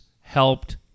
helped